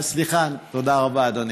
סליחה, תודה רבה, אדוני.